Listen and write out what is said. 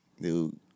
Dude